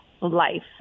life